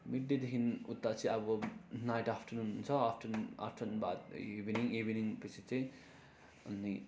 मिड्डेदेखि उता चाहिँ अब नाइट आफ्टर्नुन हुन्छ आफ्टरनुन आफ्टरनुनबाद इभिनिङ इभिनिङपछि चाहिँ अनि